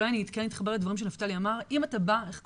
אולי אני כן אתחבר לדברים שנפתלי אמר: אם כל